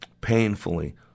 painfully